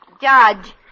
Judge